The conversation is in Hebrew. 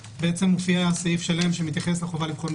ומופיע סעיף שלם שמתייחס לחובה על כך.